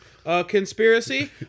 conspiracy